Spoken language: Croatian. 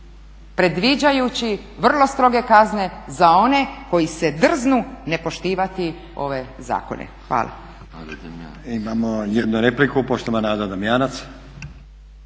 predviđajući vrlo stroge kazne za one koji se drznu ne poštivati ove zakone. Hvala. **Stazić, Nenad (SDP)** Imamo jednu repliku, poštovana Ada Damjanac.